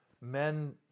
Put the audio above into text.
Men